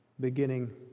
beginning